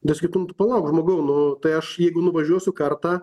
ne sakytum tu palauk žmogau nu tai aš jeigu nuvažiuosiu kartą